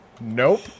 Nope